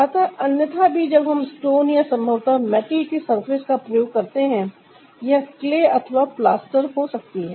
अतः अन्यथा भी जब हम स्टोन या संभवत मेटल की सर्फेस का प्रयोग करते हैं यह क्ले अथवा प्लास्टर हो सकती है